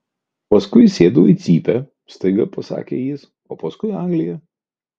paskui sėdau į cypę staiga pasakė jis o paskui anglija